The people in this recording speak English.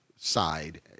Side